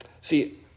See